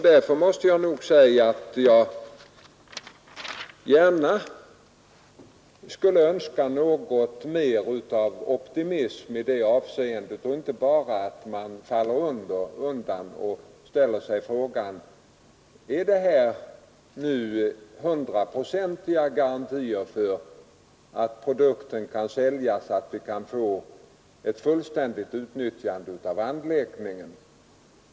Därför skulle jag gärna vilja ha något mer av optimism i det avseendet och inte bara uttryck för att man faller undan och ställer sig frågan: Finns det nu hundraprocentiga garantier för att produkten kan säljas så att vi kan få ett fullständigt utnyttjande av anläggningen?